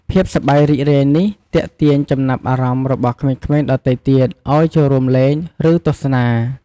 ភាពសប្បាយរីករាយនេះទាក់ទាញចំណាប់អារម្មណ៍របស់ក្មេងៗដទៃទៀតឱ្យចូលរួមលេង ឬទស្សនា។